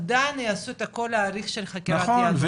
עדיין יעשו את כל ההליך של חקירת יהדות,